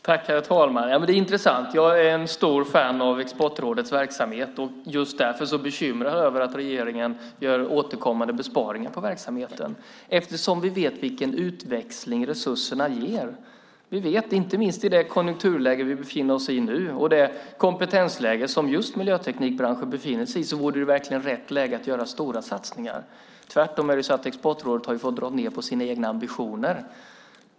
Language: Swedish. Herr talman! Det är intressant. Jag är en stor fan av Exportrådets verksamhet och just därför så bekymrad över att regeringen gör återkommande besparingar på verksamheten. Vi vet nämligen vilken utväxling resurserna ger inte minst i det konjunkturläge vi nu befinner oss i. I det kompetensläge som just miljöteknikbranschen befinner sig i vore det verkligen rätt läge att göra stora satsningar. Exportrådet har dock tvärtom fått dra ned på sina egna ambitioner.